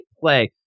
play